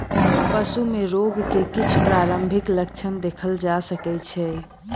पशु में रोग के किछ प्रारंभिक लक्षण देखल जा सकै छै